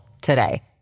today